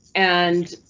and